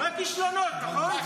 רק כישלונות, נכון?